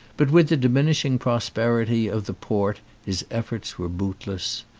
but with the diminishing prosperity of the port his efforts were bootless.